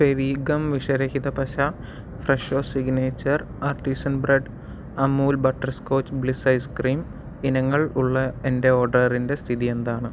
ഫെവിഗം വിഷ രഹിത പശ Fresho signature artisan bread Amul butterscotch bliss ice cream ഇനങ്ങൾ ഉള്ള എന്റെ ഓർഡറിന്റെ സ്ഥിതി എന്താണ്